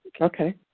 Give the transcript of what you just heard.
Okay